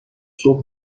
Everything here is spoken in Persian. صبح